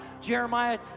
Jeremiah